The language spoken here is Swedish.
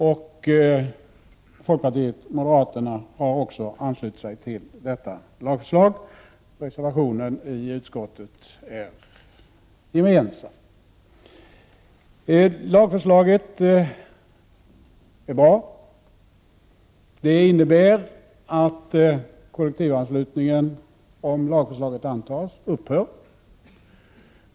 Även folkpartiet och moderaterna har anslutit sig till detta lagförslag. Reservationen till utskottsbetänkandet är gemensam. Lagförslaget är bra. Det innebär att kollektivanslutningen, om lagförslaget antas, upphör.